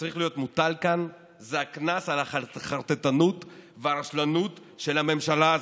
שצריך להיות מוטל כאן זה הקנס על החרטטנות והרשלנות של הממשלה הזאת.